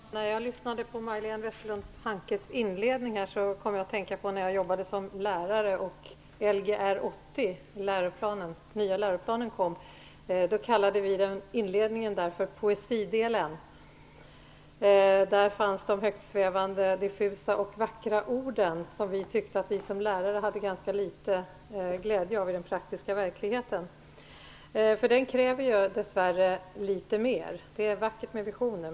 Fru talman! När jag lyssnade på Majléne Westerlund Pankes inledning kom jag att tänka på när jag jobbade som lärare och den nya läroplanen Lgr 80 kom. Då kallade vi inledningen för poesidelen. Där fanns de högtsvävande, diffusa och vackra orden som vi som lärare tyckte att vi hade ganska litet glädje av i den praktiska verkligheten. Den kräver dessvärre litet mer. Det är vackert med visioner.